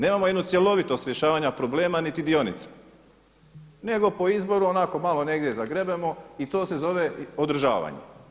Nemamo jednu cjelovitost rješavanja problema niti dionica nego po izboru, onako malo negdje zagrebemo i to se zove održavanje.